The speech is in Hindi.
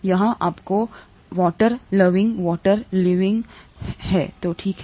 यहां आपको वाटर लविंग वाटर लविंग है तो ठीक है